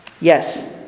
Yes